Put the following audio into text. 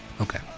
okay